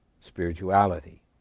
spirituality